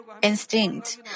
instinct